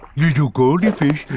you do, goldie fish.